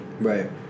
right